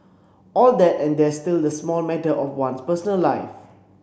all that and there's still the small matter of one's personal life